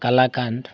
ᱠᱟᱞᱟᱠᱟᱱᱛ